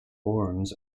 forums